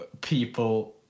people